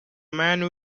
men